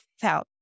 felt